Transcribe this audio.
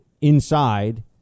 inside